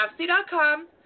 Craftsy.com